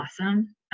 awesome